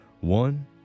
One